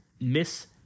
miss